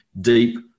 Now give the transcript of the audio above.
deep